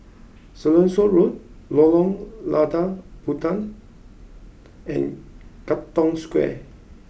Siloso Road Lorong Lada Puteh and Katong Square